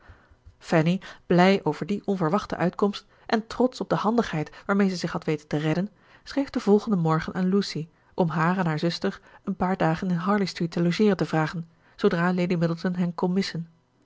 fanny blij over die onverwachte uitkomst en trotsch op de handigheid waarmee ze zich had weten te redden schreef den volgenden morgen aan lucy om haar en hare zuster een paar dagen in harley street te logeeren te vragen zoodra lady